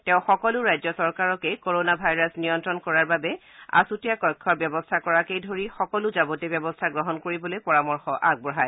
তেওঁ সকলো ৰাজ্য চৰকাৰকে কৰোনা ভাইৰাছ নিয়ন্ত্ৰণ কৰাৰ বাবে আছুতীয়া কক্ষৰ ব্যৱস্থা কৰাকে ধৰি সকলো যাৱতীয় ব্যৱস্থা গ্ৰহণ কৰিবলৈ পৰামৰ্শ আগবঢ়ায়